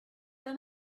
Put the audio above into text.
have